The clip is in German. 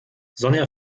sonja